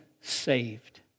saved